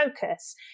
focus